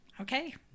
Okay